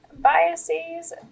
Biases